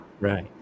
Right